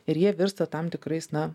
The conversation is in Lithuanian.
ir jie virsta tam tikrais na